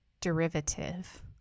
derivative